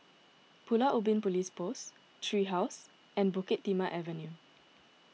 Pulau Ubin Police Post Tree House and Bukit Timah Avenue